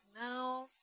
now